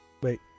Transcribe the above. Wait